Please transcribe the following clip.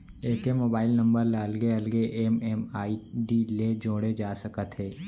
एके mobile number ल अलगे अलगे एम.एम.आई.डी ले जोड़े जा सकत हे